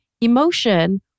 emotion